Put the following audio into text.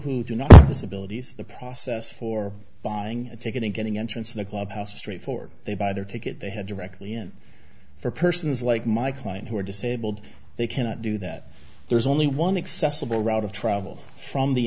disability the process for buying a ticket and getting entrance in the clubhouse straightforward they buy their ticket they have directly and for persons like my client who are disabled they cannot do that there's only one accessible route of travel from the